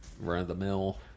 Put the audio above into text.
run-of-the-mill